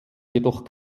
jedoch